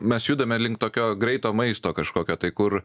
mes judame link tokio greito maisto kažkokio tai kur